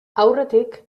aurretik